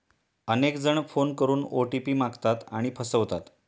अनेक जण फोन करून ओ.टी.पी मागतात आणि फसवतात